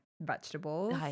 Vegetables